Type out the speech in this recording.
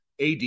AD